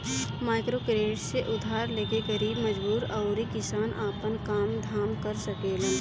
microcredit से उधार लेके गरीब मजदूर अउरी किसान आपन काम धाम कर सकेलन